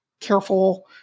careful